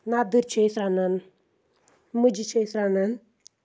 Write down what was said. نَدٕرۍ چھِ أسۍ رَنان مٔجہِ چھِ أسۍ رَنان